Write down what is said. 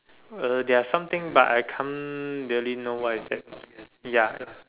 well there are some things but I can't really know what it take ya